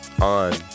On